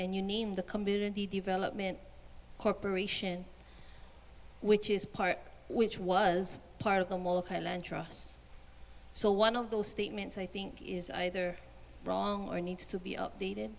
and you need the community development corporation which is part which was part of so one of those statements i think is either wrong or needs to be updated